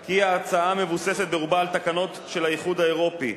כי ההצעה מבוססת ברובה על תקנות של האיחוד האירופי,